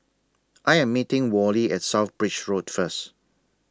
I Am meeting Worley At South Bridge Road First